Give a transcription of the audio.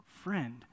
friend